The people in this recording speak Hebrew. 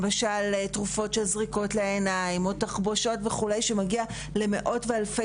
למשל תרופות של זריקות לעיניים או תחבושות וכו' שמגיע למאות ואלפי